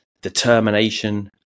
determination